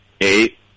eight